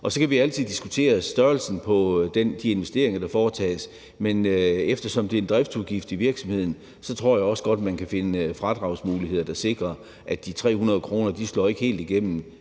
Så kan vi altid diskutere størrelsen på de investeringer, der foretages, men eftersom det er en driftsudgift i virksomheden, tror jeg også godt, man kan finde fradragsmuligheder, der sikrer, at de 300 kr. ikke slår helt igennem